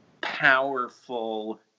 powerful